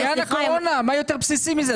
עניין הקורונה, מה יותר בסיסי מזה?